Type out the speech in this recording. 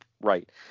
right